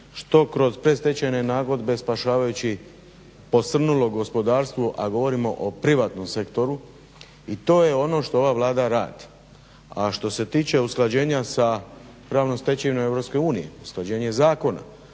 što kroz predstečajne nagodbe spašavajući posrnulo gospodarstvo, a govorimo o privatnom sektoru i to je ono što ova Vlada radi. A što se tiče usklađenja sa pravnom stečevinom Europske unije, usklađenje zakona,